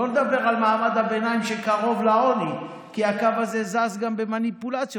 אני לא מדבר על מעמד הביניים שקרוב לעוני כי הקו הזה זז גם במניפולציות,